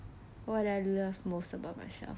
what I love most about myself